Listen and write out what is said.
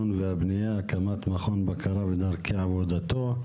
והבנייה (הקמת מכון בקרה ודרכי עבודתו),